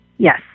Yes